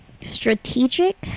strategic